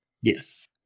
yes